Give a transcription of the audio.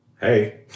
Hey